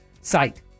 site